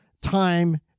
time